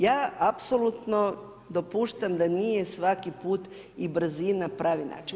Ja apsolutno dopuštam da nije svaki put i brzina pravi način.